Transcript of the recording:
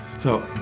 so.